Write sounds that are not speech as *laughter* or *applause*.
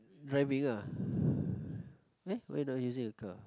driving ah *breath* eh why don't want using a car